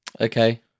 Okay